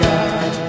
God